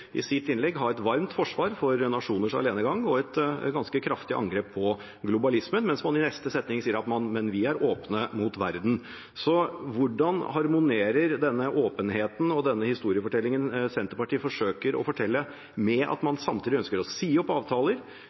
i sitt innlegg ha et varmt forsvar for nasjoners alenegang og et ganske kraftig angrep på globalismen, mens hun i neste setning sier: Vi er åpne mot verden. Hvordan harmonerer denne åpenheten og denne historiefortellingen som Senterpartiet forsøker å fortelle, med at man samtidig ønsker å si opp avtaler?